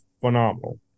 phenomenal